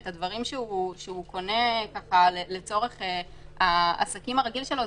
את הדברים שהוא קונה לצורך העסקים הרגיל שלו.